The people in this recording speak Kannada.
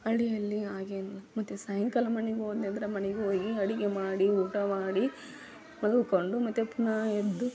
ಹಳ್ಳಿಯಲ್ಲಿ ಆಗೇನಿಲ್ಲ ಮತ್ತು ಸಾಯಿಂಕಾಲ ಮನೆಗೆ ಹೋದ್ನಂದ್ರೆ ಮನೆಗೆ ಹೋಗಿ ಅಡುಗೆ ಮಾಡಿ ಊಟ ಮಾಡಿ ಮಲ್ಕೊಂಡು ಮತ್ತು ಪುನಃ ಎದ್ದು